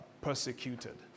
persecuted